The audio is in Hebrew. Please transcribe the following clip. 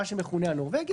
מה שמכונה "הנורבגי",